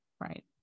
Right